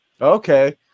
Okay